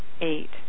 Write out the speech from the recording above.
eight